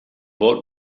what